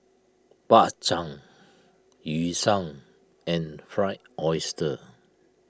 Bak Chang Yu Sheng and Fried Oyster